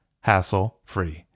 hassle-free